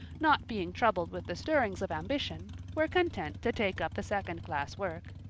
not being troubled with the stirrings of ambition, were content to take up the second class work.